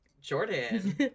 Jordan